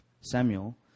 Samuel